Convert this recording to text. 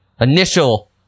initial